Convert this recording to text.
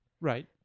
Right